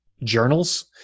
Journals